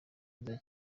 iza